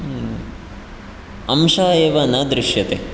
अंश एव न दृश्यते